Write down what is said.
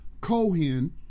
Cohen